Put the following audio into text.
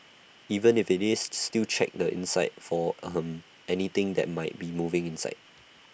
even if IT is still check the inside for ahem anything that might be moving inside